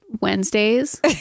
Wednesdays